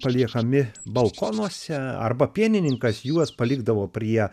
paliekami balkonuose arba pienininkas juos palikdavo prie